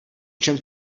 čem